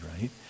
right